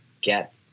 get